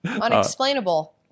Unexplainable